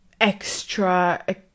extra